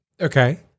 Okay